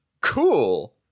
Cool